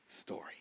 story